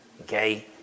okay